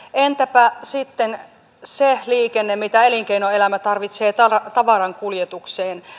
entäpä sitten se liikenne mitä elinkeinoelämä tarvitsee tavarankuljetukseen